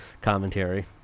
commentary